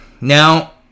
Now